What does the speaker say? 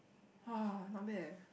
!wah! not bad eh